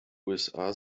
usa